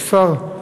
יש שר?